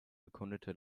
bekundete